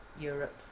europe